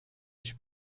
sich